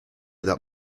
that